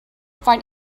find